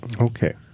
Okay